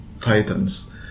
Titans